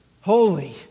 Holy